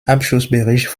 abschlussbericht